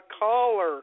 caller